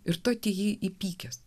ir tad jį įpykęs